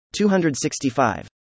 265